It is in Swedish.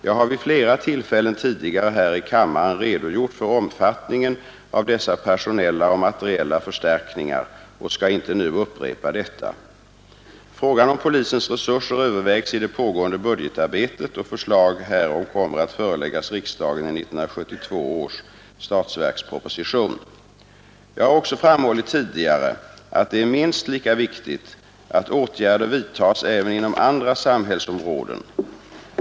Jag har vid flera tillfällen tidigare här i kammaren redogjort för omfattningen av dessa personella och materiella förstärkningar och skall inte nu upprepa detta. Frågan om polisens resurser övervägs i det pågående budgetarbetet, och förslag härom kommer att föreläggas riksdagen i 1972 års statsverksproposition. Jag har också framhållit tidigare att det är minst lika viktigt att åtgärder vidtas även inom andra samhällsområden.